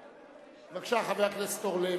בבקשה, חבר הכנסת אורלב.